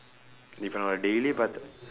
if I on daily but